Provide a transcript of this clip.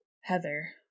Heather